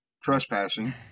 trespassing